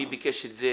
מי ביקש את זה?